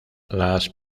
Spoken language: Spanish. las